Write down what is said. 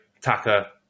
Taka